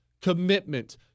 commitment